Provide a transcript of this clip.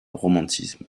romantisme